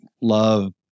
love